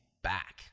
back